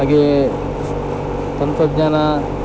ಹಾಗೇ ತಂತ್ರಜ್ಞಾನ